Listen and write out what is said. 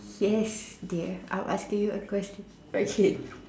yes dear I'm asking you a question okay